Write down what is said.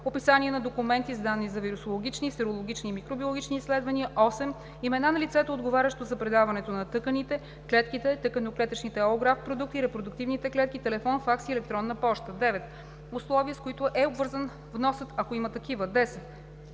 описание на документи с данни за вирусологични, серологични и микробиологични изследвания; 8. имена на лицето, отговарящо за предаването на тъканите/клетките/тъканно-клетъчните алографт продукти/репродуктивните клетки, телефон, факс и електронна поща; 9. условия, с които е обвързан вносът, когато има такива; 10.